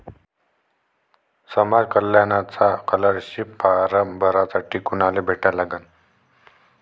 समाज कल्याणचा scholarship form भरासाठी कुनाले भेटा लागन?